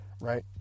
right